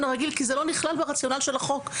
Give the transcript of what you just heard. הרגיל כי זה לא נכלל ברציונל של החוק,